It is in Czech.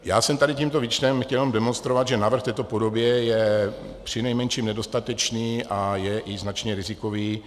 Já jsem tady tímto výčtem chtěl jenom demonstrovat, že návrh v této podobě je přinejmenším nedostatečný a je i značně rizikový.